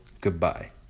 goodbye